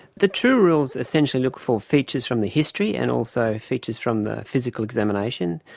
the two rules essentially look for features from the history and also features from the physical examination.